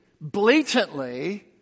blatantly